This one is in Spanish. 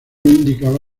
indicaba